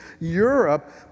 Europe